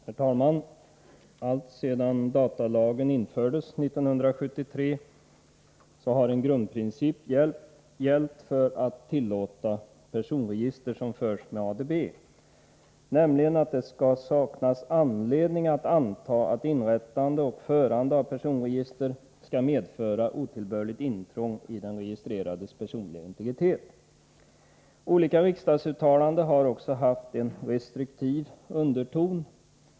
Herr talman! Alltsedan datalagen infördes, år 1973, har en grundprincip gällt när det gäller att tillåta personregister som förs med ADB, nämligen att det skall saknas anledning att anta att inrättande och förande av personregister medför otillbörligt intrång i den registrerades personliga integritet. Olika riksdagsuttalanden har också haft en restriktiv underton.